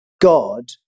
God